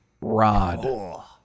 rod